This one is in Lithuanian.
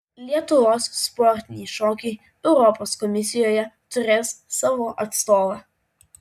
lietuvos sportiniai šokiai europos komisijoje turės savo atstovą